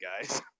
guys